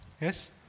Yes